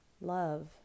love